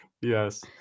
yes